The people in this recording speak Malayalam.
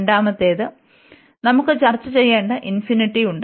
രണ്ടാമത്തേത് നമുക്ക് ചർച്ചചെയ്യേണ്ട ഇൻഫിനിറ്റിയുണ്ട്